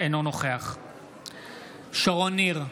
אינו נוכח שרון ניר,